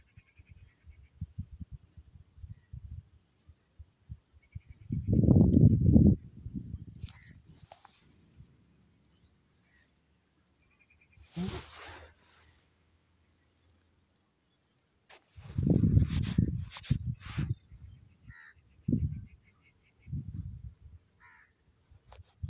फसलेर कटाईर बादे फैसलक ज्यादा मात्रात जमा कियाल जा छे